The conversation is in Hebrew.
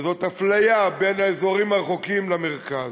וזאת אפליה בין האזורים הרחוקים למרכז.